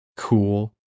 cool